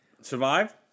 Survive